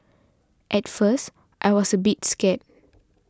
at first I was a bit scared